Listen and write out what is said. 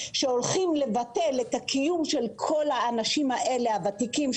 שהולכים לבטל את הקיום של כל האנשים האלה הוותיקים,